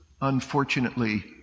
unfortunately